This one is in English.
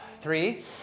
three